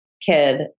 kid